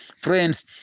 Friends